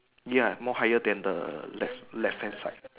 ya more higher than the left left hand side